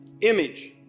Image